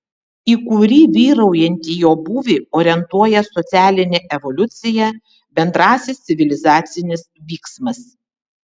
į kurį vyraujantį jo būvį orientuoja socialinė evoliucija bendrasis civilizacinis vyksmas